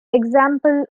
example